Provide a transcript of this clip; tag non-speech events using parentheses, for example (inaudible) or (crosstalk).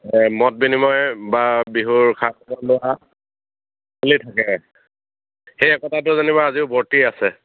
মদ বিনিময় বা বিহুৰ (unintelligible) চলি থাকে সেই একতাটো যেনিবা আজিও (unintelligible) আছে